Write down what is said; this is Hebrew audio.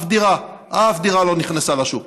אף דירה, אף דירה לא נכנסה לשוק.